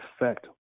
effect